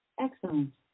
Excellent